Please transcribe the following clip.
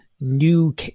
new